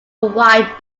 wide